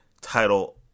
title